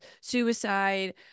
suicide